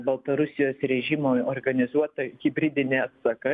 baltarusijos režimui organizuota hibridinė ataka